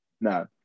No